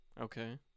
Okay